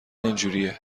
اینجوریه